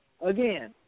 again